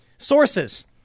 Sources